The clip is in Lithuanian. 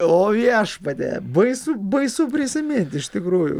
o viešpatie baisu baisu prisimint iš tikrųjų